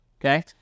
okay